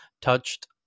touched